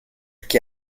qui